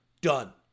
done